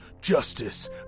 Justice